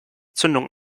zündung